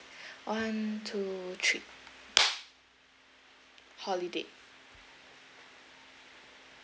one two three holiday